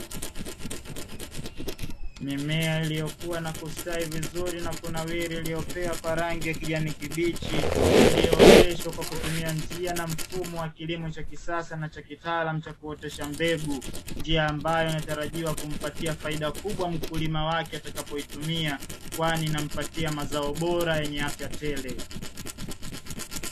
Mimea iliyokuwa na kustawi vizuri na kunawiri iliyopea kwa rangi ya kijani kibichi iliyooteshwa kwa kutumia njia na mfumo wa kilimo cha kisasa na cha kitaalamu cha kuotesha mbegu, njia ambayo natarajiwa kumpatia faida kubwa mkulima wake atakapoitumia kwani nampatia mazao bora yenye afya tele.